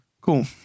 Cool